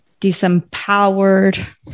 Disempowered